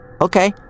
Okay